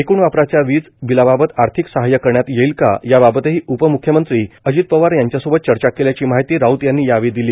एकूण वापराच्या वीज बिलाबाबत आर्थिक सहाय्य करण्यात येईल का याबाबतही उपम्ख्यमंत्री अजित पवार यांच्या सोबत चर्चा केल्याची माहिती राऊत यांनी दिली